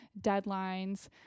deadlines